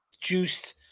juiced